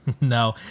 No